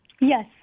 Yes